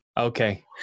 Okay